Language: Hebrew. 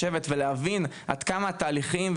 לשבת ולהבין עד כמה התהליכים,